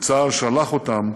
וצה"ל שלח אותם